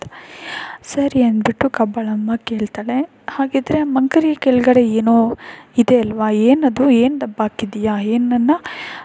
ಸರಿ ಅಂದ್ಬಿಟ್ಟು ಕಬ್ಬಾಳಮ್ಮ ಕೇಳ್ತಾಳೆ ಹಾಗಿದ್ದರೆ ಮಂಕರಿ ಕೆಳಗಡೆ ಏನೋ ಇದೆಯಲ್ಲವಾ ಏನು ಅದು ಏನು ಡಬ್ಬ ಹಾಕಿದ್ದೀಯಾ ಏನನ್ನು